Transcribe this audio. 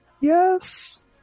Yes